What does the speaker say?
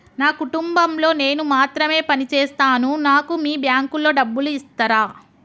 నా కుటుంబం లో నేను మాత్రమే పని చేస్తాను నాకు మీ బ్యాంకు లో డబ్బులు ఇస్తరా?